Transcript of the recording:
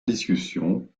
discussion